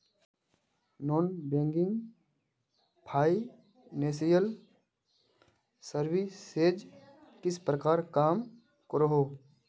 Non banking financial services किस प्रकार काम करोहो?